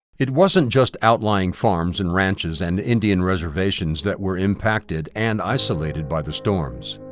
it wasn't just outlying farms and ranches and indian reservations that were impacted and isolated by the storms.